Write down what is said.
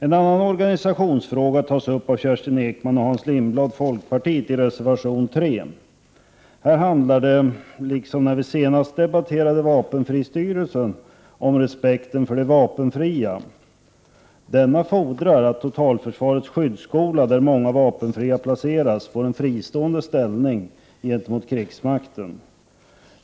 En annan organisationsfråga tas upp av Kerstin Ekman och Hans Lindblad, folkpartiet, i reservation 3. Här handlar det, liksom när vi senast debatterade vapenfristyrelsen, om respekten för de vapenfria värnpliktiga. Denna fordrar att totalförsvarets skyddsskola, där många vapenfria placeras, får en fristående ställning gentemot krigsmakten.